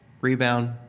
rebound